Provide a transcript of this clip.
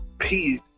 peace